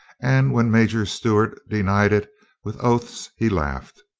and when major stewart denied it with oaths he laughed.